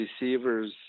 receivers